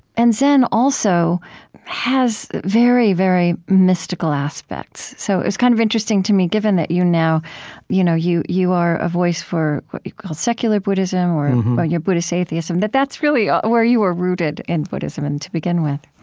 and zen also has very, very mystical aspects. so it was kind of interesting to me, given that you now you know you you are a voice for what you call secular buddhism, or your buddhist atheism, but that's really where you are rooted in buddhism and to begin with